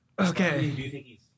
Okay